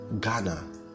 Ghana